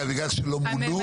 בגלל שלא מונו?